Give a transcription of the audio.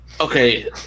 Okay